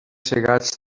segats